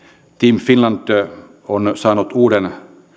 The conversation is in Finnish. team finland on saanut uuden